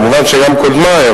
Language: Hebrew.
ומובן שגם קודמי,